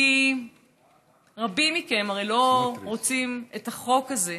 כי רבים מכם הרי לא רוצים את החוק הזה,